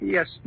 Yes